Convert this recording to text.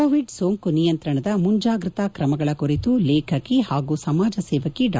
Covid ಸೋಂಕು ನಿಯಂತ್ರಣದ ಮುಂಜಾಗ್ರತಾ ಕ್ರಮಗಳ ಕುರಿತು ಲೇಖಕಿ ಹಾಗೂ ಸಮಾಜಸೇವಕಿ ಡಾ